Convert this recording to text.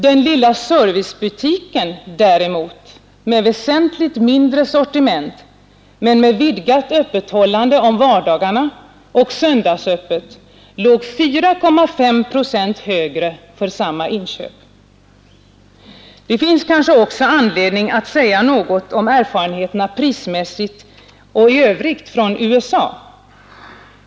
Den lilla servicebutiken däremot med väsentligt mindre sortiment men vidgat öppethållande om vardagarna och söndagsöppet låg 4,5 procent högre för samma inköp. Det finns kanske också anledning att säga något om erfarenheterna prismässigt och i övrigt från USA.